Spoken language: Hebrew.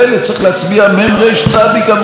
צריך להצביע מ"ם רי"ש צד"י עבורם,